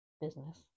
business